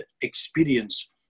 experience